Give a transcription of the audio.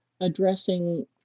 addressing